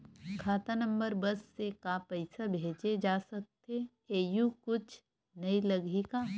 खाता नंबर बस से का पईसा भेजे जा सकथे एयू कुछ नई लगही का?